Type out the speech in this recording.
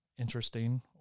interesting